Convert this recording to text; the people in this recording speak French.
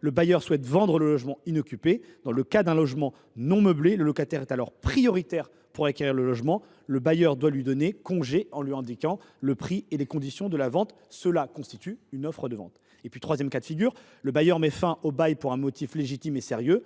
le bailleur souhaite vendre le logement inoccupé. Dans le cas d’un logement non meublé, le locataire est prioritaire pour acquérir le logement. Le bailleur doit lui donner congé en lui indiquant le prix et les conditions de la vente ; cela constitue une offre de vente. Troisième cas de figure : le bailleur met fin au bail pour un motif légitime et sérieux